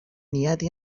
نیت